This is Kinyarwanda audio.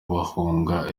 bahunga